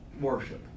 worship